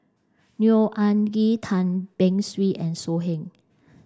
Neo Anngee Tan Beng Swee and So Heng